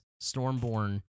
Stormborn